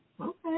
Okay